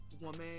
woman